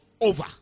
over